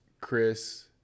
Chris